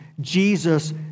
Jesus